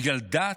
בגלל דת,